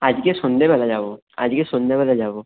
আজকে সন্ধ্যেবেলা যাব আজকে সন্ধ্যেবেলা যাব